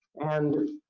and,